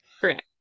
Correct